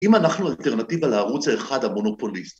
‫אם אנחנו אלטרנטיבה ‫לערוץ האחד המונופוליסט.